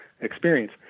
experience